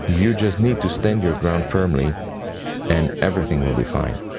um you just need to stand your ground firmly and everything will be fine.